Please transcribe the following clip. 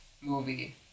movie